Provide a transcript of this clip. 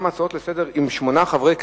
גם ההצעות עם שמונה חברי כנסת,